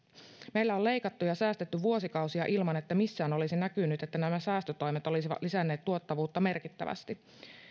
meillä on leikattu ja säästetty vuosikausia ilman että missään olisi näkynyt että nämä säästötoimet olisivat lisänneet tuottavuutta merkittävästi